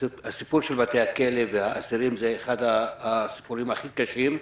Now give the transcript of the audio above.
הסיפור של בתי הכלא והאסירים הוא אחד הסיפורים הכי קשים,